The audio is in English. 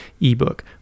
ebook